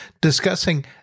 discussing